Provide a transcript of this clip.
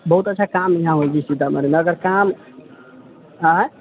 बहुत अच्छा काम इहाँ होइ हय सीतामढ़ी मे अगर काम अइ